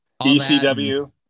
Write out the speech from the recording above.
ECW